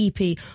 EP